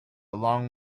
long